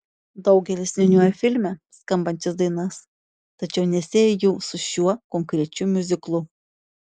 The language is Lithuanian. daugelis niūniuoja filme skambančias dainas tačiau nesieja jų su šiuo konkrečiu miuziklu